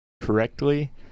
correctly